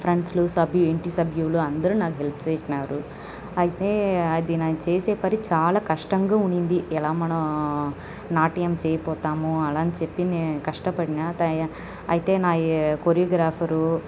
ఫ్రెండ్స్లు సభ్యు ఇంటి సభ్యులు అందరూ నాకు హెల్ప్ చేసినారు అయితే అది నేను చేసే పని చాలా కష్టంగా ఉన్నింది ఎలా మనం నాట్యం చేయబోతామో అలా అని చెప్పి నేను కష్టపడిన టయ అయితే నా ఈ కొరియాగ్రాఫరు